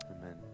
Amen